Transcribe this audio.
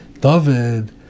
David